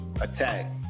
attack